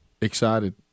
excited